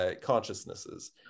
Consciousnesses